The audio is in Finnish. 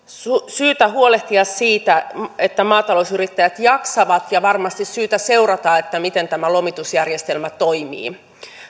syytä huolehtia siitä että maatalousyrittäjät jaksavat ja varmasti syytä seurata miten tämä lomitusjärjestelmä toimii